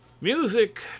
music